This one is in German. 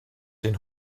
denn